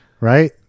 right